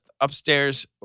upstairs